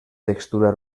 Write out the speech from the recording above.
textura